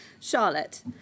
Charlotte